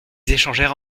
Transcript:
échangèrent